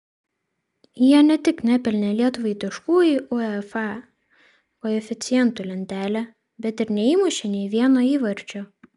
jie ne tik nepelnė lietuvai taškų į uefa koeficientų lentelę bet ir neįmušė nė vieno įvarčio